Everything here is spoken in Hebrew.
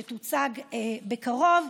שתוצג בקרוב,